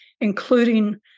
including